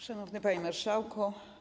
Szanowny Panie Marszałku!